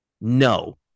no